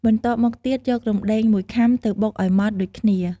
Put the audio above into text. បន្ទាប់មកទៀតយក រំដេង ១ខាំទៅបុកឱ្យម៉ដ្ដដូចគ្នា។